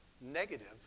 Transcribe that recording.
negative